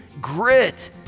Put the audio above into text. Grit